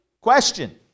question